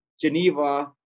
Geneva